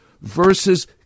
versus